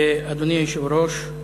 אדוני היושב-ראש,